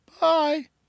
Bye